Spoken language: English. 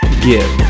give